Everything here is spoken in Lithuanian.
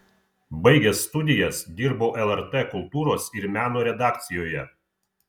baigęs studijas dirbau lrt kultūros ir meno redakcijoje